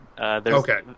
okay